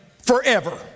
forever